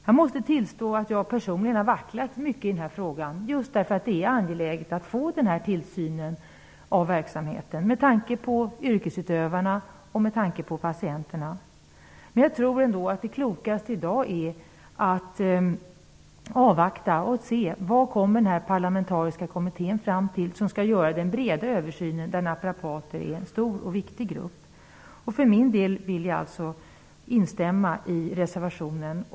Jag måste tillstå att jag personligen har vacklat mycket i den här frågan just därför att det med tanke på yrkesutövarna och med tanke på patienterna är angeläget med en tillsyn av verksamheten. Men jag tror ändå att det i dag är klokast att avvakta och se vad den parlamentariska kommittén som skall göra en bred översyn -- där är naprapaterna är en stor och viktig grupp -- kommer fram till. För min del instämmer jag i reservationen.